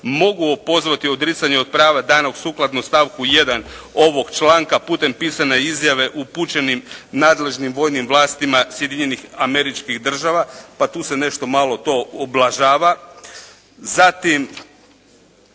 mogu opozvati odricanja od prava danog sukladno stavku 1. ovog članka putem pisane izjave upućenim nadležnim vojnim vlastima Sjedinjenih Američkih Država pa tu se nešto malo to ublažava. Zatim